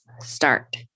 start